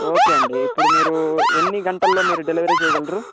okay అండి ఇప్పుడు మీరు ఎన్ని గంటల్లో మీరు డెలివరీ చేయగలరు